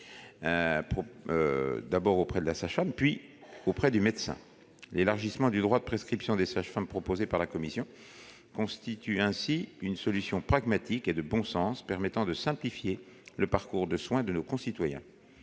d'abord auprès de la sage-femme, puis auprès du médecin. L'élargissement du droit de prescription des sages-femmes proposé par la commission constitue ainsi une solution pragmatique et de bon sens permettant de simplifier le parcours de soins de nos concitoyens.